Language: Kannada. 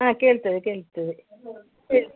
ಹಾಂ ಕೇಳ್ತದೆ ಕೇಳ್ತದೆ ಹೇಳ್